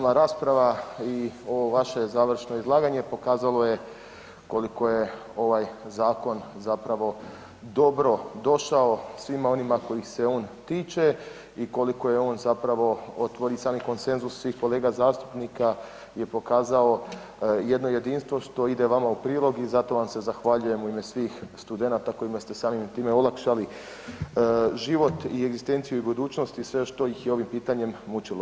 Sama rasprava i ovo vaše završno izlaganje pokazalo je koliko je ovaj zakon zapravo dobro došao svima onima kojih se on tiče i koliko je on i sam konsenzus svih kolega zastupnika je pokazao jedno jedinstvo što ide vama u prilog i zato vam se zahvaljujem u ime svih studenata kojima ste samim time olakšali život i egzistenciju i budućnost i sve što ih je ovim pitanjem mučilo.